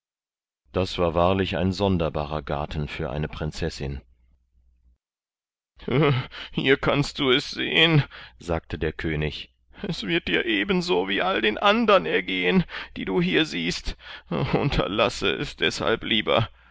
das war wahrlich ein sonderbarer garten für eine prinzessin hier kannst du es sehen sagte der könig es wird dir ebenso wie all den andern ergehen die du hier siehst unterlasse es deshalb lieber